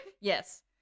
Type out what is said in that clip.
Yes